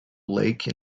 lake